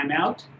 timeout